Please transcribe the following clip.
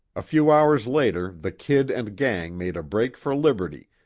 a few hours later the kid and gang made a break for liberty,